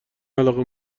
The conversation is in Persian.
علاقه